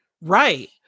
Right